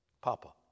Papa